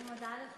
אני מודה לך.